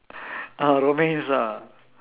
ah romance ah